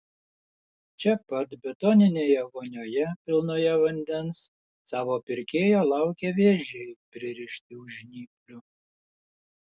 čia pat betoninėje vonioje pilnoje vandens savo pirkėjo laukia vėžiai pririšti už žnyplių